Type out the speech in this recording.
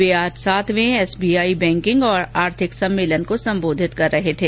वे आज सातवें SBI banking और आर्थिक सम्मेलन को संबोधित कर रहे थे